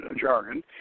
jargon